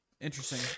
interesting